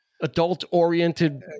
Adult-oriented